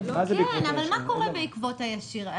מה קורה בעקבות הנזק הישיר?